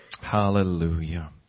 Hallelujah